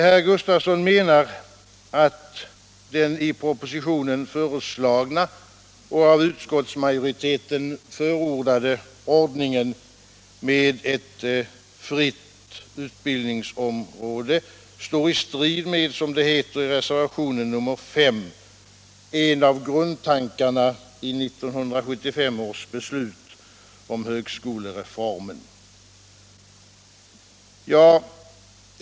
Herr Gustafsson menar att den i propositionen föreslagna och av utskottsmajoriteten förordade ordningen med ett fritt utbildningsområde står i strid med, som det heter i reservationen 5, en av grundtankarna i 1975 års beslut om högskolereformen.